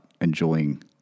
enjoying